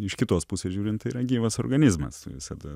iš kitos pusės žiūrinttai yra gyvas organizmas visada